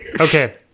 Okay